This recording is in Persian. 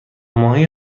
ماهی